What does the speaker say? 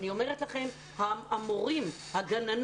אני אומרת לכם שהמורים והגננות,